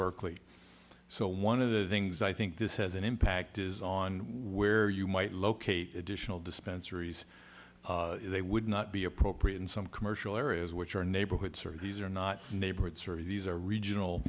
berkeley so one of the things i think this has an impact is on where you might locate additional dispensary is they would not be appropriate in some commercial areas which are neighborhood sort of these are not neighborhood service these are regional